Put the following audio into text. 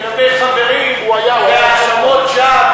לגבי חברים והאשמות שווא,